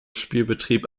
spielbetrieb